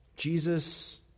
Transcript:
Jesus